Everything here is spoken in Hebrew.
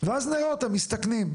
ואז נראה אותם מסתכנים.